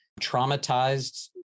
traumatized